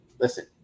Listen